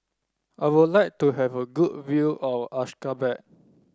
I would like to have a good view of Ashgabat